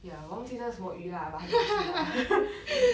ya 我忘记叫什么鱼 lah but 很好吃 lah